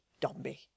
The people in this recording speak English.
Dombey